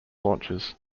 launches